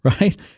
right